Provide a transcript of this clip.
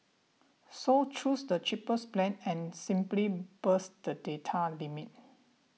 so choose the cheapest plan and simply bust the data limit